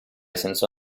senza